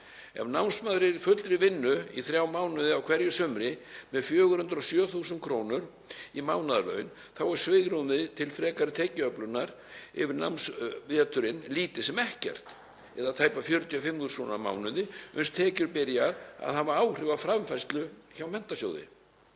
Ef námsmaður er í fullri vinnu í þrjá mánuði á hverju sumri með 407.000 kr. í mánaðarlaun þá er svigrúmið til frekari tekjuöflunar yfir námsveturinn lítið sem ekkert eða tæpar 45.000 kr. á mánuði uns tekjur byrja að hafa áhrif á framfærslu hjá Menntasjóði.